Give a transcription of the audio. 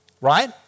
right